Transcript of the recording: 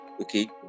Okay